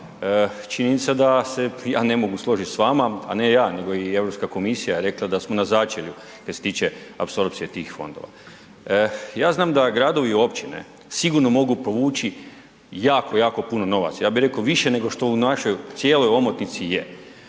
Činjenica je da se ja ne mogu složiti s vama, a ne ja, nego i Europska komisija je rekla da smo na začelju kaj se tiče apsorpcije tih fondova. Ja znam da gradovi i općine sigurno mogu povući jako, jako puno novca, ja bih rekao više nego što u našoj cijelo omotnici je.